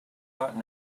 got